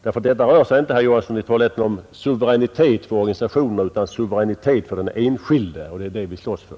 Det handlar, herr Johansson i Trollhättan, inte om suveränitet för organisationer utan om suveränitet för enskilda. Det är detta som vi slåss för.